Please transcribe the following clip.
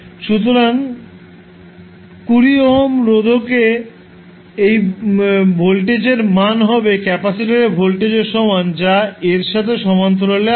সুতরাং 20 ওহম রোধকের এ ভোল্টেজের মান হবে ক্যাপাসিটরের ভোল্টেজের সমান যা এর সাথে সমান্তরালে আছে